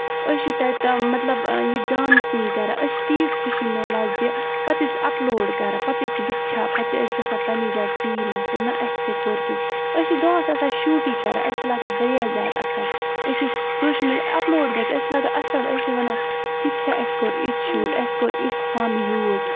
أسۍ چھِ تَتہِ تِم مطلب یہِ ڈانسِنگ کران أسۍ چھِ تیٖژ خُشی ملان زِ پَتہٕ چھِ أسۍ اَپلوڈ کران پَتہٕ چھِ أسۍ وٕچھان پَتہٕ چھُ اَسہِ گژھان پَنٕنہِ جایہِ فیٖل نسا نہ اَسہِ تہِ کوٚر کیٚنہہ أسۍ چھِ دۄہَس آسان شوٗٹُے کران أسۍ چھِ لَگان واریا زیادٕ اَصٕل أسۍ چھِ سوشَل میٖڈیا اَپلوڈ گژھِ أسۍ چھِ لَگان اَصٕل أسۍ چھِ وَنان تہِ تہِ چھا اَسہِ کوٚر یُتھ شوٗٹ اَسہِ کوٚر یُتھ فَن یوٗز